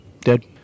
Dead